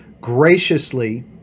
graciously